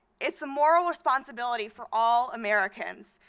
it's a moral responsibility for all americans,